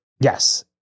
Yes